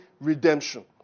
redemption